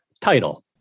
title